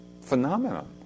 phenomenon